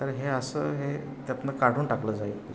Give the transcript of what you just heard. तर हे असं हे त्यातनं काढून टाकलं जाईल